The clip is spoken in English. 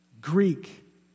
Greek